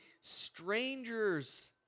strangers